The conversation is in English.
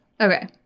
Okay